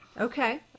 Okay